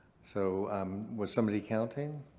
so um was somebody counting?